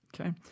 Okay